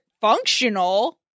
functional